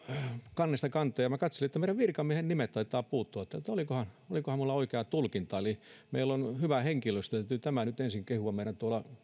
kannesta kanteen ja minä katselin että meidän virkamiehien nimet taitavat puuttua täältä olikohan olikohan minulla oikea tulkinta eli meillä on hyvä henkilöstö täytyy nyt ensin kehua tuolla